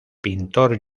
pintor